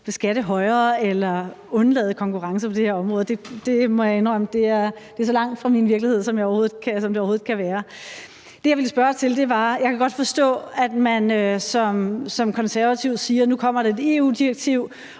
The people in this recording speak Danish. beskatte højere eller undlade at have konkurrence på det her område. Det må jeg indrømme er så langt fra min virkelighed, som det overhovedet kan være. Det, jeg ville spørge til, er noget andet. Jeg kan godt forstå, at man som konservativ siger, at nu kommer der et EU-direktiv,